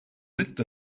list